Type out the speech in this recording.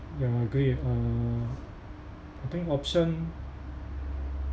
ya agree uh I think option